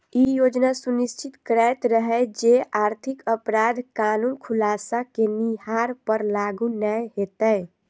ई योजना सुनिश्चित करैत रहै जे आर्थिक अपराध कानून खुलासा केनिहार पर लागू नै हेतै